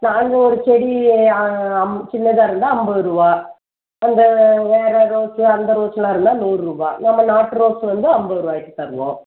நாங்கள் ஒரு செடி அம் சின்னதாக இருந்தால் ஐம்பது ரூபா வந்து வே வேறு ரோஸ்ஸு அந்த ரோஸ்ஸெல்லாம் இருந்தால் நூறு ரூபாய் நம்ம நாட்டு ரோஸ்ஸு வந்து ஐம்பது ரூபாய்க்கு தருவோம்